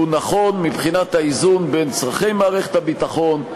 שהוא נכון מבחינת האיזון בין צורכי מערכת הביטחון,